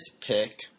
pick